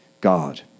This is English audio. God